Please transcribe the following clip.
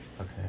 Okay